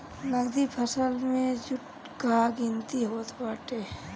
नगदी फसल में जुट कअ गिनती होत बाटे